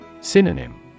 Synonym